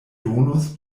donos